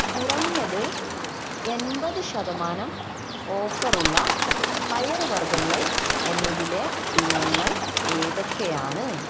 കുറഞ്ഞത് എൺപത് ശതമാനം ഓഫർ ഉള്ള പയറുവർഗ്ഗങ്ങൾ എന്നതിലെ ഇനങ്ങൾ ഏതൊക്കെയാണ്